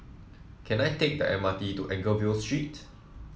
can I take the M R T to Anchorvale Street